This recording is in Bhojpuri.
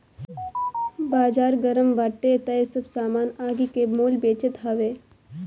बाजार गरम बाटे तअ सब सामान आगि के मोल बेचात हवे